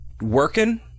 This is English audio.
Working